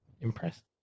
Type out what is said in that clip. Impressed